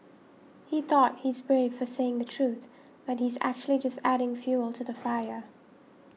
he thought he's brave for saying the truth but he's actually just adding fuel to the fire